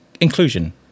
inclusion